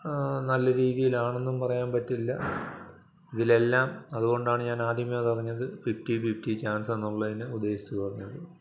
നല്ല രീതിയിലാണെന്നും പറയാൻ പറ്റില്ല ഇതിലെല്ലാം അതുകൊണ്ടാണ് ഞാൻ ആദ്യമേ പറഞ്ഞത് ഫിഫ്റ്റി ഫിഫ്റ്റി ചാൻസ് എന്നുള്ളതിനെ ഉദ്ദേശിച്ച് പറഞ്ഞത്